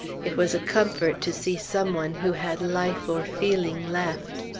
it was a comfort to see some one who had life or feeling left.